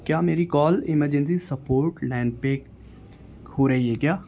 کیا میری call emergency support line پے ہو رہی ہے کیا